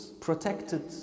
protected